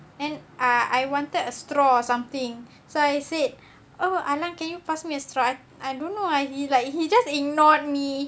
and ah I wanted a straw or something so I said oh !alah! can you pass me a straw I don't know why he like he just ignored me